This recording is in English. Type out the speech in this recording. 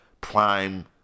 prime